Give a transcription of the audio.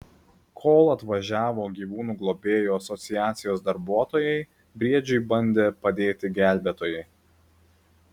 kol atvažiavo gyvūnų globėjų asociacijos darbuotojai briedžiui bandė padėti gelbėtojai